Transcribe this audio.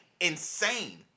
insane